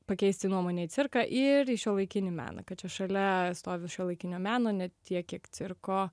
pakeisti nuomonę į cirką ir į šiuolaikinį meną kad čia šalia stovi šiuolaikinio meno ne tiek kiek cirko